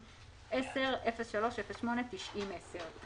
03081210, 03082910,